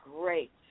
great